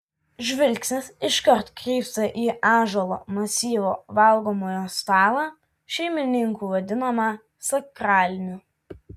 žvilgsnis iškart krypsta į ąžuolo masyvo valgomojo stalą šeimininkų vadinamą sakraliniu